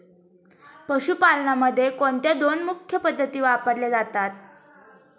पशुपालनामध्ये कोणत्या दोन मुख्य पद्धती वापरल्या जातात?